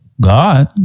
God